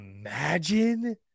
imagine